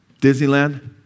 Disneyland